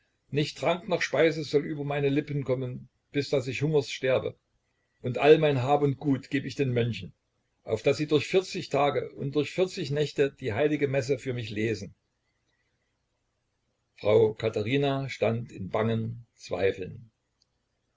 nicht trank noch speise soll über meine lippen kommen bis daß ich hungers sterbe und all mein hab und gut geb ich den mönchen auf daß sie durch vierzig tage und durch vierzig nächte die heilige messe für mich lesen frau katherina stand in bangen zweifeln